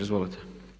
Izvolite.